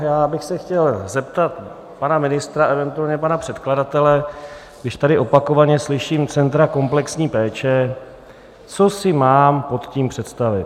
Já bych se chtěl zeptat pana ministra, eventuálně pana předkladatele, když tady opakovaně slyším centra komplexní péče, co si mám pod tím představit.